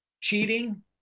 cheating